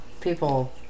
people